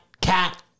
cat